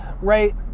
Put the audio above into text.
right